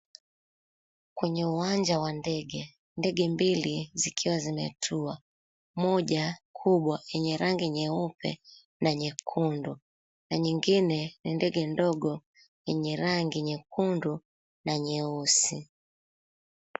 Kwenye uwanja wa ndege, ndege mbili zikiwa zimetua, moja kubwa yenye rangi nyeupe na nyekundu na nyingine ni ndege ndogo yenye rangi nyekundu na nyeusi.